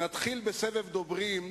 ורע"ם-תע"ל.